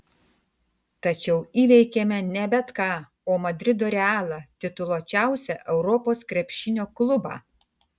tačiau įveikėme ne bet ką o madrido realą tituluočiausią europos krepšinio klubą